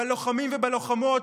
בלוחמים ובלוחמות,